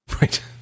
right